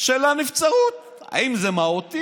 של הנבצרות, האם זה מהותי